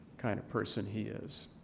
kind of person he is.